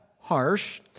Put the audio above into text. Harsh